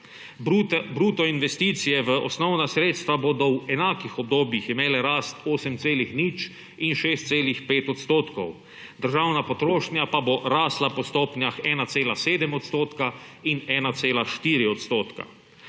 Bruto investicije v osnovna sredstva bodo v enakih obdobjih imele rast 8,0 in 6,5 %, državna potrošnja pa bo rastla po stopnjah 1,7 % in 1,4 %.